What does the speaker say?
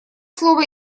слово